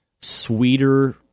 sweeter